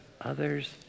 others